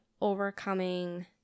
overcoming